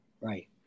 Right